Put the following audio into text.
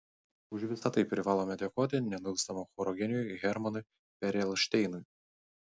už visa tai privalome dėkoti nenuilstamam choro genijui hermanui perelšteinui